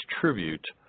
tribute